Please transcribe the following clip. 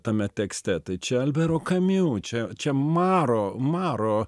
tame tekste tai čia albero kamiu čia čia maro maro